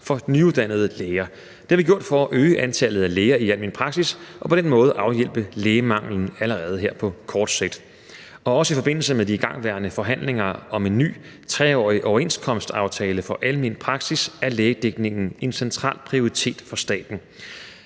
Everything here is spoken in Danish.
for nyuddannede læger, og det har vi gjort for at øge antallet af læger i almen praksis for på den måde at afhjælpe lægemanglen allerede her på kort sigt. Også i forbindelse med de igangværende forhandlinger om en ny 3-årig overenskomstaftale for almen praksis er lægedækningen en central prioritet for staten.